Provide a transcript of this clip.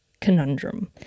conundrum